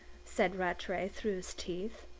said rattray, through his teeth.